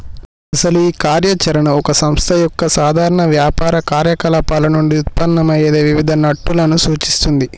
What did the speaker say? అసలు ఈ కార్య చరణ ఓ సంస్థ యొక్క సాధారణ వ్యాపార కార్యకలాపాలు నుండి ఉత్పన్నమయ్యే వివిధ నట్టులను సూచిస్తుంది